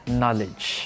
knowledge